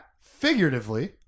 figuratively